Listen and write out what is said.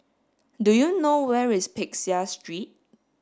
do you know where is Peck Seah Street